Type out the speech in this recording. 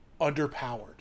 underpowered